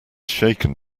shaken